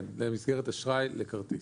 כן, במסגרת אשראי לכרטיס.